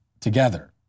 together